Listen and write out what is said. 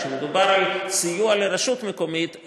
אבל כשמדובר על סיוע לרשות מקומית,